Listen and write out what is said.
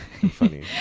funny